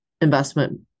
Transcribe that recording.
investment